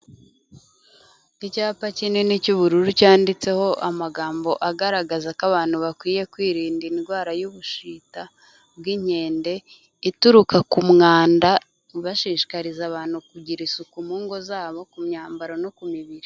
Icyapa kinini cy'ubururu cyanditseho amagambo agaragaza ko abantu bakwiye kwirinda indwara y'ubushita bw'inkende, ituruka ku mwanda bashishikariza abantu kugira isuku mu ngo zabo ku myambaro no ku mibiri.